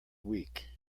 weak